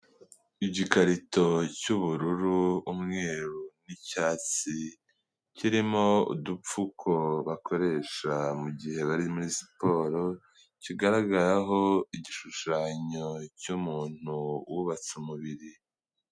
Igikarito cy'ubururu, umweru n'icyatsi, kirimo udupfuko bakoresha mu gihe bari muri siporo, kigaragaraho igishushanyo cy'umuntu wubatse umubiri.